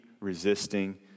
resisting